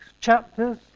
chapters